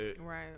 Right